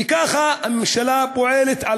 וכך הממשלה פועלת,